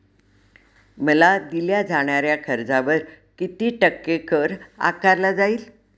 मला दिल्या जाणाऱ्या कर्जावर किती टक्के कर आकारला जाईल?